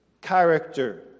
character